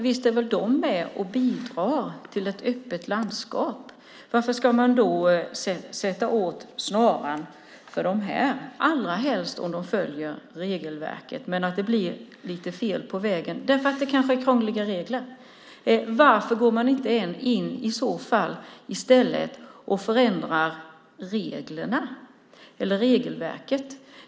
Visst är de med och bidrar till ett öppet landskap. Varför ska snaran dras åt för dem - allrahelst om de följer regelverket? Det kan bli lite fel på vägen, men det är kanske för att det är krångliga regler. Varför förändras i så fall inte regelverket?